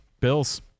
Bills